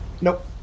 Nope